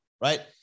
right